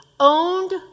owned